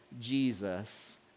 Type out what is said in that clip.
Jesus